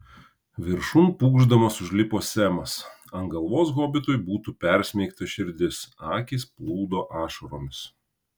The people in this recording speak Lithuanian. viršun pūkšdamas užlipo semas ant galvos hobitui būtų persmeigta širdis akys plūdo ašaromis